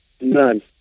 none